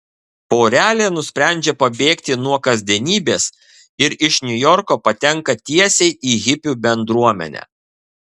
porelė nusprendžia pabėgti nuo kasdienybės ir iš niujorko patenka tiesiai į hipių bendruomenę